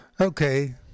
Okay